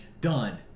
done